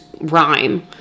rhyme